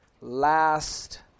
Last